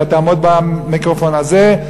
אתה תעמוד ליד המיקרופון הזה.